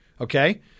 Okay